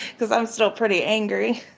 because i'm still pretty angry,